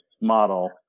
model